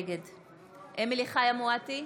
נגד אמילי חיה מואטי,